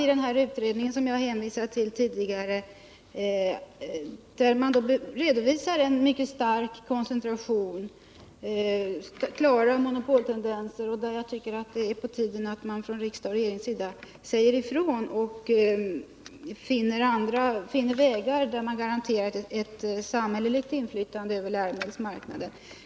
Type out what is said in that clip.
i den utredning som jag hänvisade till — på att det skett en mycket stark koncentration och att det finns klara monopoltendenser. Jag tycker att det är på tiden att riksdag och regering säger ifrån och finner vägar att garantera ett samhälleligt inflytande över läromedelsmarknaden.